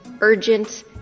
urgent